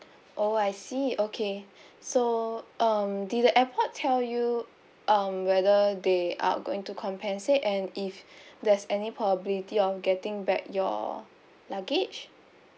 oh I see okay so um did the airport tell you um whether they are going to compensate and if there's any probability of getting back your luggage